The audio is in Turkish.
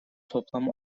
toplam